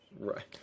Right